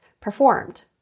performed